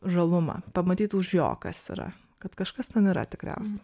žalumą pamatyt už jo kas yra kad kažkas ten yra tikriausia